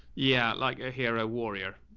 yeah. like a hero warrior.